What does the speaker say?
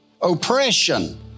oppression